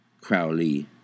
Crowley